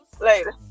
later